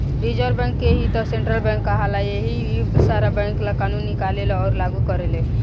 reserve Bank के ही त सेन्ट्रल बैंक कहाला इहे सारा बैंक ला कानून निकालेले अउर लागू करेले